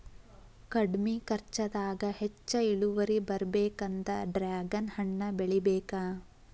ಕಡ್ಮಿ ಕರ್ಚದಾಗ ಹೆಚ್ಚ ಇಳುವರಿ ಬರ್ಬೇಕಂದ್ರ ಡ್ರ್ಯಾಗನ್ ಹಣ್ಣ ಬೆಳಿಬೇಕ